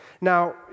Now